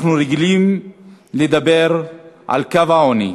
אנחנו רגילים לדבר על קו העוני,